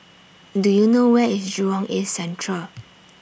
Do YOU know Where IS Jurong East Central